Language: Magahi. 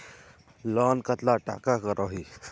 लोन कतला टाका करोही?